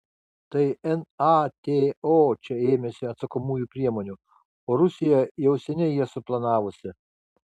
tai nato čia ėmėsi atsakomųjų priemonių o rusija jau seniai jas suplanavusi